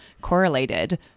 correlated